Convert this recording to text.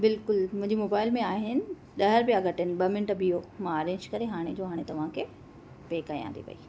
बिल्कुलु मुंहिंजे मोबाइल में आहिनि ॾह रुपया घटि आहिनि ॿ मिंट बीहो मां अरेंज करे हाणे जो हाणे तव्हां खे पे कयां थी पई